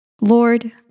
Lord